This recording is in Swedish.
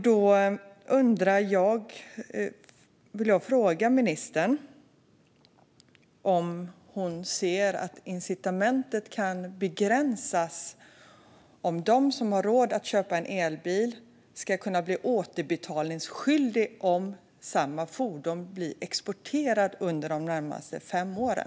Då vill jag fråga ministern om hon ser att incitamentet kan begränsas om de som har råd att köpa en elbil ska kunna bli återbetalningsskyldiga om samma fordon exporteras under de närmaste fem åren.